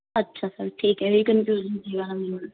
ਅੱਛਾ ਸਰ ਠੀਕ ਹੈ ਇਹ ਹੀ ਕੰਨਫਿਊਜ਼ਨ ਸੀ ਜ਼ਿਆਦਾ ਮੈਨੂੰ